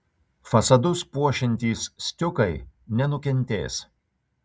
fasadus puošiantys stiukai nenukentės